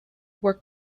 were